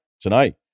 Tonight